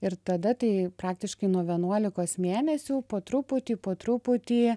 ir tada tai praktiškai nuo vienuolikos mėnesių po truputį po truputį